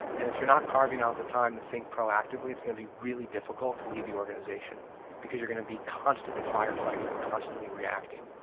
and if you're not carving out the time to think proactively, it's going to be really difficult to lead the organization because you're going to be constantly firefighting and constantly reacting.